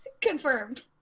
Confirmed